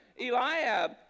Eliab